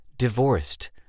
divorced